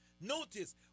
Notice